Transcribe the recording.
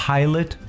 Pilot